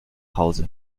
hause